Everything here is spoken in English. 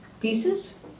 pieces